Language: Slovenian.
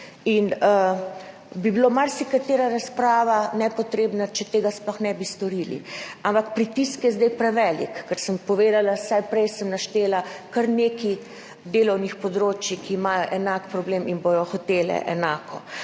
me veseli. Marsikatera razprava bi bila nepotrebna, če tega sploh ne bi storili. Ampak pritisk je zdaj prevelik, ker sem povedala, prej sem naštela kar nekaj delovnih področij, ki imajo enak problem in bodo hoteli enako.